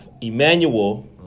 Emmanuel